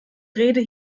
rede